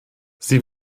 sie